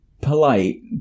polite